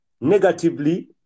negatively